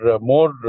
more